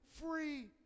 free